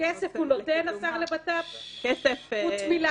כסף הוא נותן, השר לבט"פ, חוץ מלהאמין?